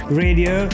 radio